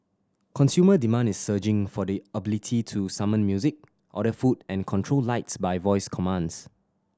consumer demand is surging for the ability to summon music order food and control lights by voice commands